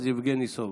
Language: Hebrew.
יבגני סובה.